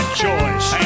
choice